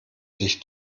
dich